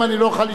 הם יענו לך.